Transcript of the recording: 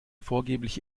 vorgebliche